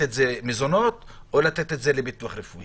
את זה מזונות או לתת את זה לביטוח רפואי.